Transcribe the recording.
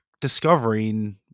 discovering